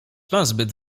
nazbyt